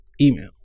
email